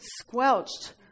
squelched